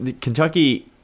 Kentucky